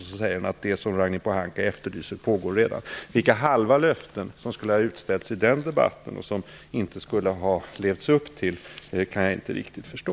Han säger att det som Ragnhild Pohanka efterlyser redan pågår. Vilka de "halva löften" är som skulle ha utställts i den debatten och som man inte skulle ha levt upp till kan jag inte riktigt förstå.